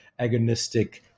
agonistic